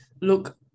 look